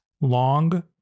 Long